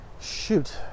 shoot